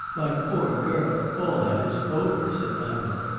my poor girl, all that is over, said hanaud.